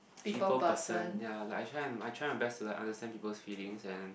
people person ya like I try I try my best to like understand people's feelings and